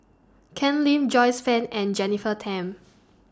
Ken Lim Joyce fan and Jennifer Tham